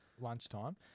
lunchtime